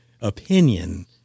opinion